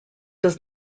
does